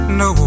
no